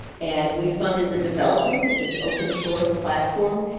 and we funded the development of this open source platform,